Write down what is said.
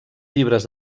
llibres